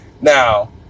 Now